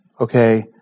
okay